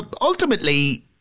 ultimately